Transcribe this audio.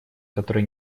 который